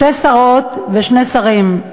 שתי שרות ושני שרים: